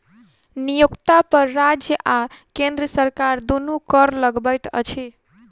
नियोक्ता पर राज्य आ केंद्र सरकार दुनू कर लगबैत अछि